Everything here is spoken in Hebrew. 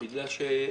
מוחלט השנה.